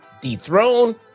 Dethroned